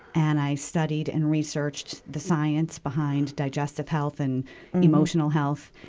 and i studied and researched the science behind digestive health and emotional health.